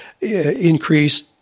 increase